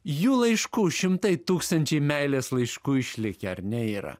jų laiškų šimtai tūkstančiai meilės laiškų išlikę ar ne yra